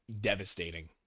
devastating